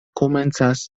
komencas